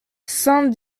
saint